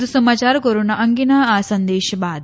વધુ સમાચાર કોરોના અંગેના આ સંદેશ બાદ